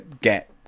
get